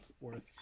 worth